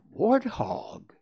warthog